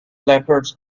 leopards